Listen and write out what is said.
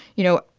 you know,